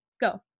go